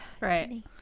Right